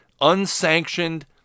unsanctioned